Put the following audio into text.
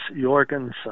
Jorgensen